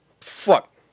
fuck